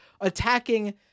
attacking